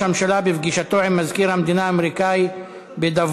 הממשלה בפגישתו עם מזכיר המדינה האמריקני בדבוס,